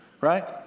right